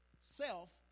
self